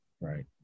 Right